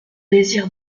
désir